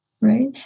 right